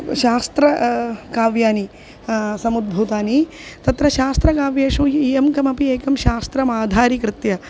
शास्त्रकाव्यानि समुद्भूतानि तत्र शास्त्रकाव्येषु इयं कमपि एकं शास्त्रमाधारीकृत्य